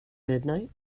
midnight